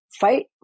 fight